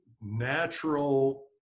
natural